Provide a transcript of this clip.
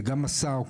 וגם השר,